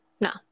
no